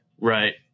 right